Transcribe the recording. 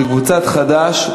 של קבוצת חד"ש,